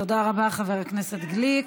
תודה רבה, חבר הכנסת גליק.